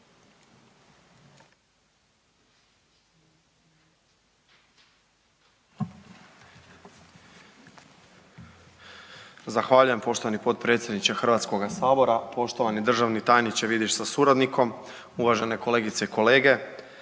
Zahvaljujem poštovani potpredsjedniče Hrvatskoga sabora. Poštovani državni tajniče Vidiš sa suradnikom, uvažene kolegice i kolege,